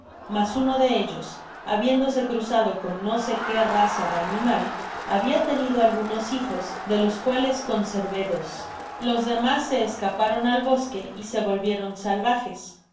mas uno de ellos habiéndose cruzado con no sé que raza de animal habia tenido algunos hijos de los cuales conservé dos los demas se escaparon al bosque y se volvieron salvajes sin